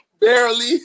Barely